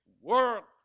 work